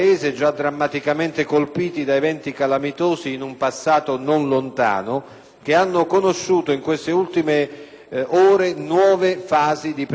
nuove fasi di preoccupante emergenza. Parlo, tra gli altri, dell'Agro-Nocerino-Sarnese, nel Salernitano, con particolare riferimento